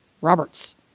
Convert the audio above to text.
Roberts